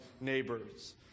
neighbors